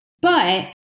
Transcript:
But-